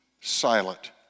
silent